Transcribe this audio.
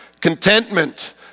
Contentment